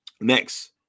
Next